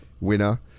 winner